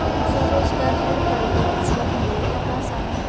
स्वरोजगार ऋण पर कुछ छूट मिलेला का साहब?